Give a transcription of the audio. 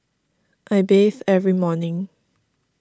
I bathe every morning